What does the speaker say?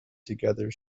together